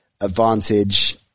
advantage